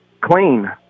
Clean